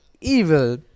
evil